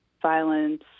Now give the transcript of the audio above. Violence